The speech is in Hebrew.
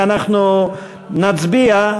אנחנו נצביע.